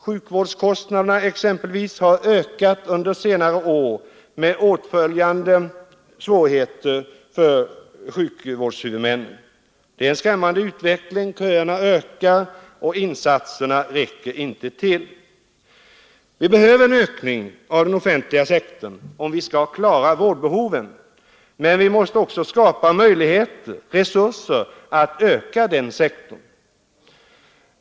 Sjukvårdskostnaderna har exempelvis ökat under senare år med åtföljande svårigheter för sjukvårdshuvudmännen. Det är en skrämmande utveckling — köerna ökar, och insatserna räcker inte till. Vi behöver en ökning av den offentliga sektorn om vi skall klara vårdbehoven men vi måste också skapa möjligheter, resurser, att öka den sektorn.